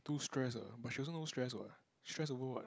too stress ah but she also no stress what stress over what